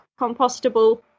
compostable